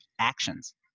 actions